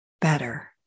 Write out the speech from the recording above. better